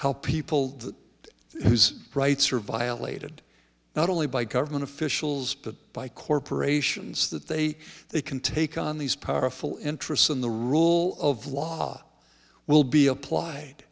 help people whose rights are violated not only by government officials but by corporations that they they can take on these powerful interests in the rule of law will be applied